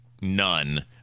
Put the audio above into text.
none